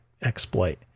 exploit